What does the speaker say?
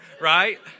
right